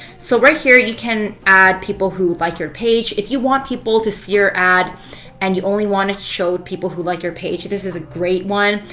so right here, you can add people who like your page. if you want people to see your ad and you only want to show people who like your page, this is a great one.